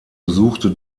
besuchte